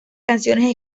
canciones